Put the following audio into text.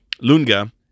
Lunga